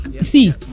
see